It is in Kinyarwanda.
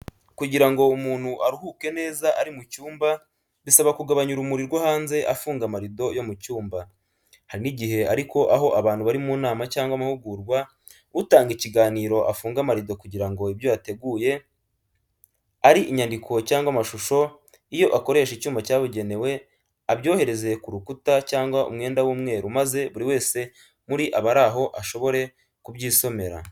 Kugira ngo umuntu aruhuke neza ari mu cyumba bisaba kugabanya urumuri rwo hanze afunga amarido yo mu cyumba. Hari n'igihe ariko aho abantu bari mu nama cyangwa amahugurwa, utanga ikiganiro afunga amarido kugira ngo ibyo yateguye, ari inyandiko cyangwa amashusho, iyo akoresha icyuma cyabugenewe, abyohereze ku rukuta cyangwa umwenda w'umweru maze buri wese muri abari aho ashobore kubyisomera.